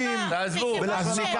עזבי.